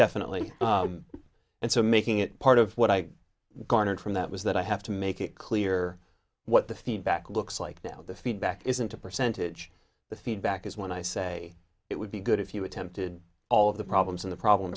definitely and so making it part of what i garnered from that was that i have to make it clear what the feedback looks like the feedback isn't a percentage the feedback is when i say it would be good if you attempted all of the problems in the problem